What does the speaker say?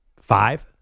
Five